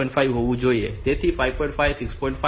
5 હોવું જોઈએ તેથી 5